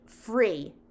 free